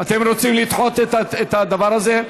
אתם רוצים לדחות את הדבר הזה?